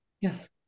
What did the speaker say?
yes